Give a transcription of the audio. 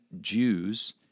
Jews